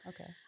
okay